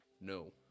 no